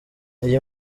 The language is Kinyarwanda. iyi